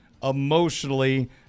emotionally